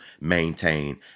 maintain